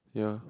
ya